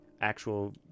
actual